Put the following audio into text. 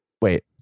wait